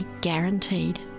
guaranteed